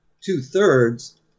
two-thirds